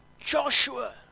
Joshua